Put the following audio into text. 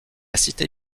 cité